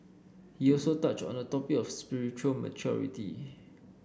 he also touched on the topic of spiritual maturity